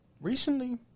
Recently